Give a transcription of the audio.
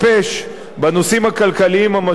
בנושאים הכלכליים המשמעותיים ביותר,